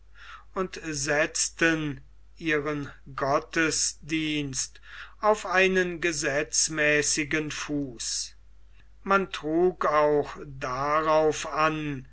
und setzten ihren gottesdienst auf einen gesetzmäßigen fuß man trug auch darauf an